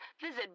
visit